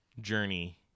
journey